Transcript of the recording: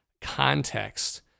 context